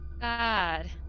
God